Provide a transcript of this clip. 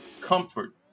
comfort